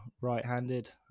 right-handed